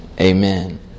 Amen